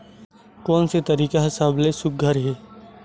कोन से तरीका का सबले सुघ्घर हे?